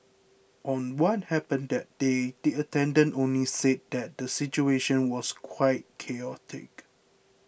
on what happened that day the attendant only said that the situation was quite chaotic